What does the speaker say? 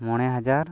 ᱢᱚᱬᱮ ᱦᱟᱡᱟᱨ